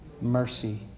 mercy